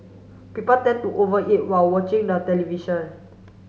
people tend to over eat while watching the television